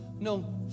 no